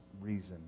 reason